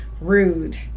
rude